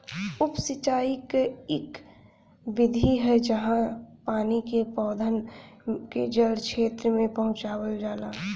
उप सिंचाई क इक विधि है जहाँ पानी के पौधन के जड़ क्षेत्र में पहुंचावल जाला